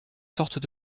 sortes